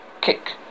Kick